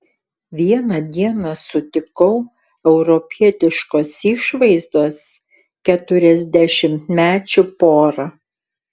vieną dieną sutikau europietiškos išvaizdos keturiasdešimtmečių porą